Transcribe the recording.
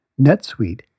NetSuite